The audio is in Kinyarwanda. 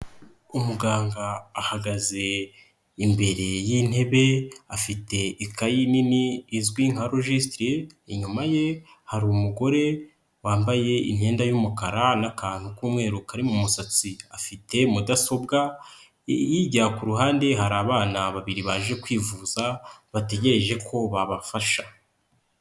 Umuganga ahagaze imbere y'intebe afite ikayi nini izwi nka rogisitiri, inyuma ye hari umugore wambaye imyenda y'umukara n'akantu k'umweru kari mu musatsi afite mudasobwa, hirya ku ruhande hari abana babiri baje kwivuza bategereje ko babafasha.